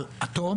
על אטום